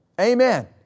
amen